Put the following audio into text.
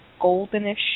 goldenish